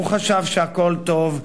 הוא חשב שהכול טוב,